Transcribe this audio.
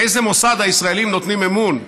באיזה מוסד הישראלים נותנים אמון.